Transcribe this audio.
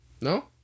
No